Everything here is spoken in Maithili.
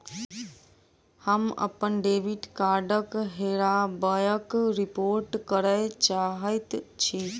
हम अप्पन डेबिट कार्डक हेराबयक रिपोर्ट करय चाहइत छि